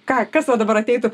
ką kas va dabar ateitų